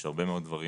יש הרבה מאוד דברים